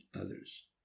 others